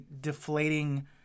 deflating